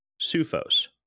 SUFOS